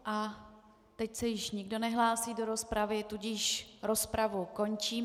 A teď se již nikdo nehlásí do rozpravy, tudíž rozpravu končím.